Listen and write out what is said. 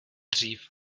dřív